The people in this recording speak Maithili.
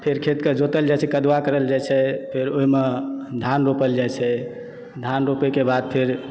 फेर खेतके जोतल जाइ छै कदवा करल जाइ छै फेर ओहिमे धान रोपल जाइत छै धान रोपयके बाद फेर